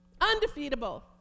Undefeatable